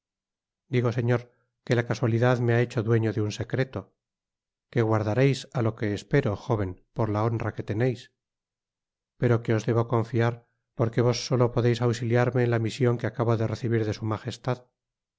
digo señor que la casualidad me ha hecho dueño de un secreto que guardareis á lo que espero jóven por la honra que teneis pero que os debo confiar porque vos solo podeis ausiliarme en la mision que acabo de recibir de su majestad